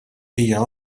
hija